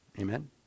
Amen